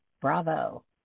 bravo